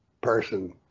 person